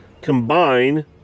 combine